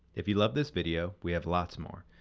if you love this video we have lots more.